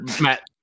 Matt